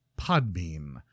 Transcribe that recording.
Podbean